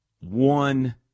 one